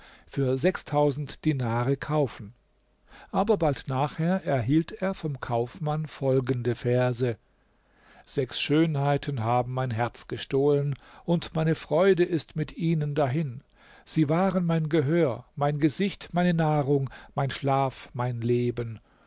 für sechstausend dinare kaufen aber bald nachher erhielt er vom kaufmann folgende verse sechs schönheiten haben mein herz gestohlen und meine freude ist mit ihnen dahin sie waren mein gehör mein gesicht meine nahrung mein schlaf mein leben